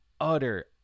utter